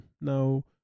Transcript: Now